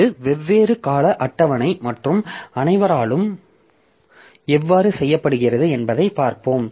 இது வெவ்வேறு கால அட்டவணை மற்றும் அனைவராலும் எவ்வாறு செய்யப்படுகிறது என்பதைப் பார்ப்போம்